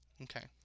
Okay